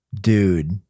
Dude